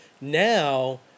Now